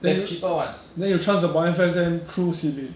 then then you trust about F_S_N through C_B